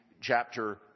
chapter